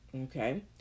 Okay